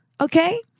Okay